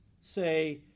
say